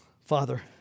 Father